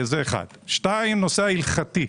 שתיים, הנושא ההלכתי.